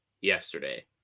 yesterday